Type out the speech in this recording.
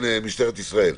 משטרת ישראל,